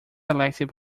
elected